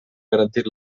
garantit